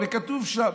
זה כתוב שם,